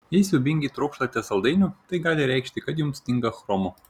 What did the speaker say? jei siaubingai trokštate saldainių tai gali reikšti kad jums stinga chromo